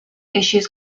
issues